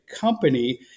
company